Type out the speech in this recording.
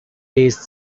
based